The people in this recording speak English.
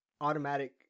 automatic